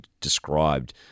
described